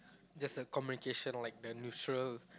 just like communication like the neutral